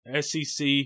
SEC